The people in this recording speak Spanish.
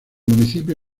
municipio